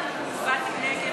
הצביעה נגד